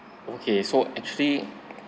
okay so actually